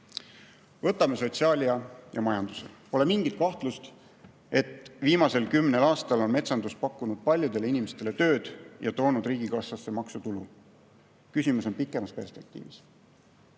Võtame sotsiaalia ja majanduse. Pole mingit kahtlust, et viimasel kümnel aastal on metsandus pakkunud paljudele inimestele tööd ja toonud riigikassasse maksutulu. Küsimus on pikemas perspektiivis.